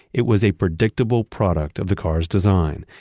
it was a predictable product of the car's design.